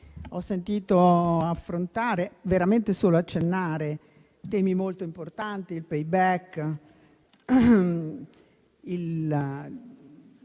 ho sentito affrontare - veramente solo accennare - temi molto importanti, come il *payback* e